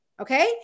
Okay